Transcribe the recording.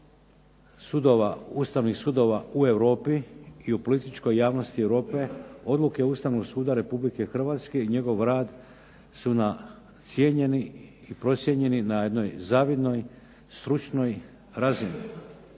ustavnih sudova u Europi i u političkoj javnosti Europe, odluke Ustavnog suda Republike Hrvatske i njegov rad su na cijenjeni i procijenjeni na jednoj zavidnoj, stručnoj razini.